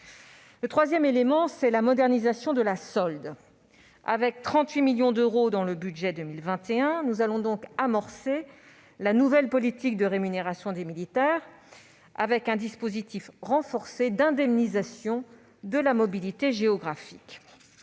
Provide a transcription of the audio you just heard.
Troisièmement, nous modernisons la solde. Avec 38 millions d'euros dans le budget 021, nous amorçons la nouvelle politique de rémunération des militaires, avec un dispositif renforcé d'indemnisation de la mobilité géographique.